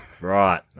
right